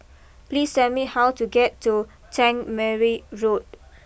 please tell me how to get to Tangmere Road